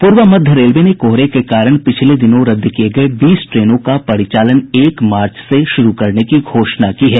पूर्व मध्य रेलवे ने कोहरे के कारण पिछले दिनों रद्द किए गए बीस ट्रेनों का परिचालन एक मार्च से शुरू करने की घोषणा की है